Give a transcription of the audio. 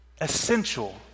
essential